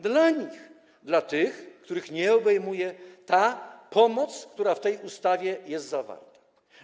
Dla nich, dla tych, których nie obejmuje pomoc, która w tej ustawie jest zawarta.